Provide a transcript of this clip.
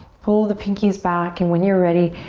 pull the pinkies back and when you're ready,